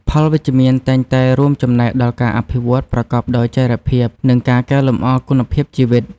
ផលវិជ្ជមានតែងតែរួមចំណែកដល់ការអភិវឌ្ឍប្រកបដោយចីរភាព និងការកែលម្អគុណភាពជីវិត។